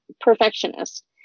perfectionist